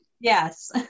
Yes